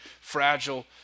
fragile